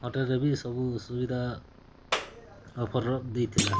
ଅଟା ବି ସବୁ ସୁବିଦା ଅଫର୍ ଦେଇଥିଲା